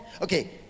Okay